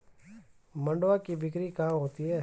मंडुआ की बिक्री कहाँ होती है?